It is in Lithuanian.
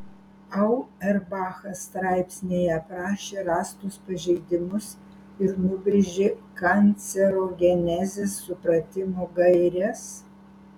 auerbachas straipsnyje aprašė rastus pažeidimus ir nubrėžė kancerogenezės supratimo gaires